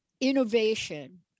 innovation